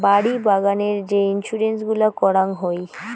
বাড়ি বাগানের যে ইন্সুরেন্স গুলা করাং হই